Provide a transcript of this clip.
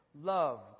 love